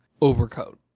overcoat